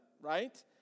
right